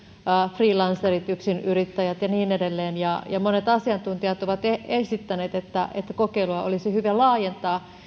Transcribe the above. freelancerit yksinyrittäjät ja niin edelleen ja ja monet asiantuntijat ovat esittäneet että kokeilua olisi hyvä laajentaa